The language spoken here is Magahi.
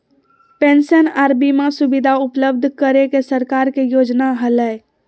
पेंशन आर बीमा सुविधा उपलब्ध करे के सरकार के योजना हलय